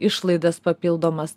išlaidas papildomas